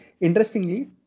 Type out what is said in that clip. interestingly